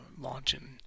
launching